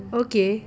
okay